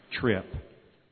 trip